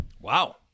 Wow